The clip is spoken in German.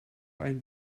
ein